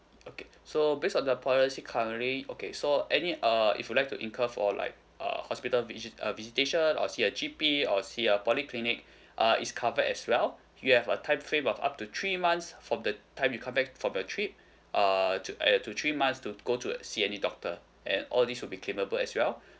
okay so based on the policy currently okay so any uh if you'd like to incur for like uh hospital visi~ uh visitation or see a G_P or see a polyclinic uh is covered as well you have a timeframe of up to three months from the time you come back from your trip err to uh to three months to go to see any doctor and all these will be claimable as well